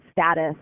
status